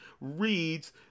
reads